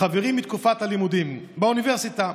חברי מתקופת הלימודים באוניברסיטה.